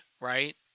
right